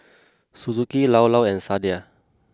Suzuki Llao Llao and Sadia